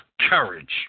courage